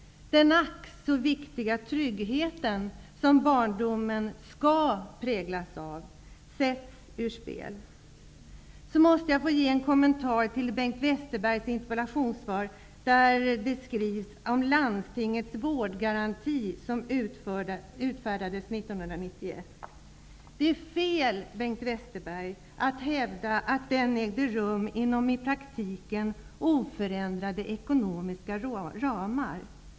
Den, ack, så viktiga trygghet som barndomen skall präglas av sätts ur spel. Sedan måste jag på en annan punkt göra en kommentar till Bengt Westerbergs interpellationssvar. Det talas om landstingets vårdgaranti som utfärdades 1991. Men det är fel, Bengt Westerberg, att hävda att det här ägde rum inom i praktiken oförändrade ekonomiska ramar.